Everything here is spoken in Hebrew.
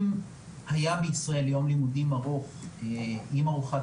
אם היה בישראל יום לימודים ארוך עם ארוחת